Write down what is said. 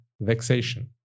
vexation